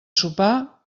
sopar